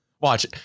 Watch